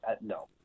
no